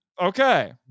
Okay